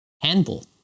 handball